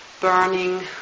burning